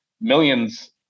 millions